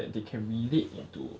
that they can relate into